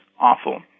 awful